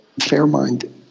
Fairmind